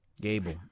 Gable